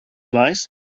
weiß